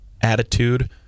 attitude